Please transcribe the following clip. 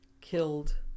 killed